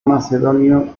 macedonio